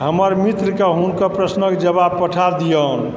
हमर मित्रकेँ हुनकर प्रश्नक जबाब पठा दिऔन